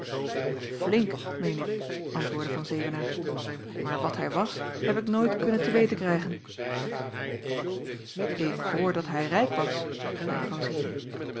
flinck meen ik antwoordde van zevenaer maar wat hij was heb ik nooit kunnen te weten krijgen ik hoor dat hij rijk was zeide van zirik